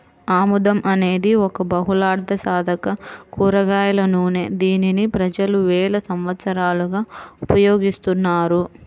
ఆముదం అనేది ఒక బహుళార్ధసాధక కూరగాయల నూనె, దీనిని ప్రజలు వేల సంవత్సరాలుగా ఉపయోగిస్తున్నారు